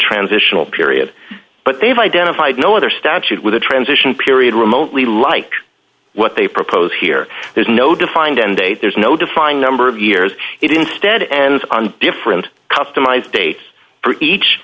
transitional period but they've identified no other statute with a transition period remotely like what they propose here there's no defined end date there's no defined number of years it instead ends on differ and customize dates for each